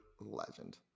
legend